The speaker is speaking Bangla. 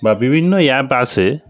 বা বিভিন্নই অ্যাপ আছে